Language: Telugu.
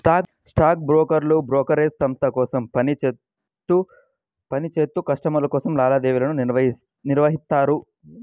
స్టాక్ బ్రోకర్లు బ్రోకరేజ్ సంస్థ కోసం పని చేత్తూ కస్టమర్ల కోసం లావాదేవీలను నిర్వహిత్తారు